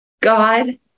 God